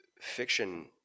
Fiction